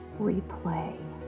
replay